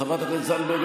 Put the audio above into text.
חברת הכנסת זנדברג,